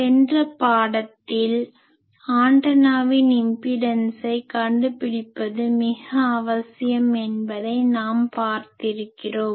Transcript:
சென்ற பாடத்தில் ஆண்டனாவின் இம்பிடன்ஸை கண்டுபிடிப்பது மிக அவசியம் என்பதை நாம் பார்த்திருக்கிறோம்